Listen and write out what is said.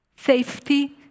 Safety